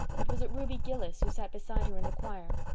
it was at ruby gillis, who sat beside her in the choir.